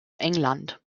england